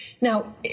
Now